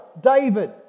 David